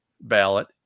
ballot